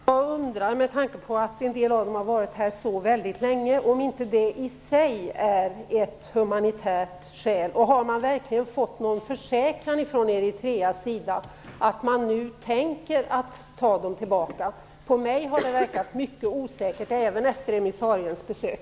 Herr talman! Med tanke på att en del av dessa personer har vistats mycket länge i Sverige undrar jag om inte det i sig är ett humanitärt skäl. Har vi verkligen fått någon försäkran från Eritreas sida om att man nu tänker ta tillbaka sina medborgare? Jag tycker att det verkar mycket osäkert, även efter emissariens besök.